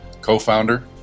co-founder